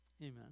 Amen